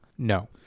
No